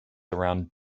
around